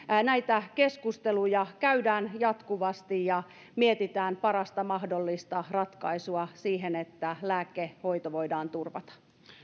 näitä keskusteluja käydään jatkuvasti ja mietitään parasta mahdollista ratkaisua siihen että lääkehoito voidaan turvata